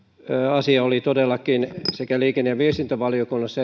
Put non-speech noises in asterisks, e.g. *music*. asia oli todellakin sekä liikenne ja viestintävaliokunnassa *unintelligible*